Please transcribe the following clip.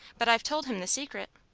but i've told him the secret.